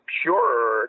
purer